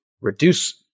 reduce